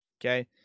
Okay